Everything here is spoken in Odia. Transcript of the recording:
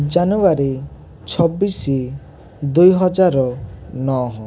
ଜାନୁୟାରୀ ଛବିଶ ଦୁଇହଜାର ନଅ